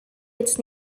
its